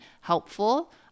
helpful